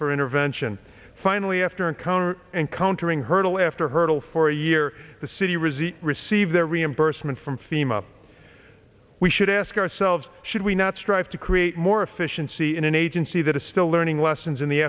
for intervention finally after encounter encountering hurdle after hurdle for a year the city rizzi received their reimbursement from fema we should ask ourselves should we not strive to create more efficiency in an agency that is still learning lessons in the